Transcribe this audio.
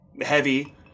heavy